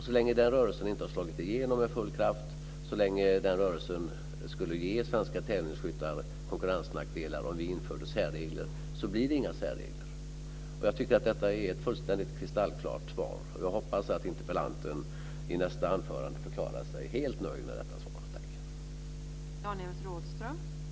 Så länge den rörelsen inte har slagit igenom med full kraft - så länge det skulle ge svenska tävlingsskyttar konkurrensnackdelar om vi införde särregler - blir det inga särregler. Jag tycker att detta är ett fullständigt kristallklart svar. Jag hoppas att interpellanten i nästa anförande förklarar sig helt nöjd med detta svar.